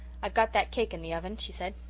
i've got that cake in the oven, she said,